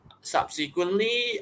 subsequently